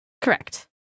Correct